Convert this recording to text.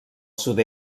sud